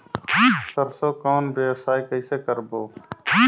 सरसो कौन व्यवसाय कइसे करबो?